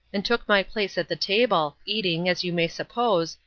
and took my place at the table, eating, as you may suppose,